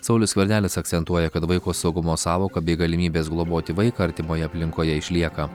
saulius skvernelis akcentuoja kad vaiko saugumo sąvoka bei galimybės globoti vaiką artimoje aplinkoje išlieka